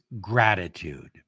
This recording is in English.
gratitude